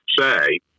say